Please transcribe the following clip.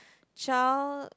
child